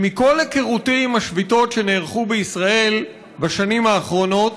שמכל היכרותי עם השביתות שנערכו בישראל בשנים האחרונות,